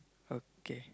okay